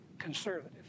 conservative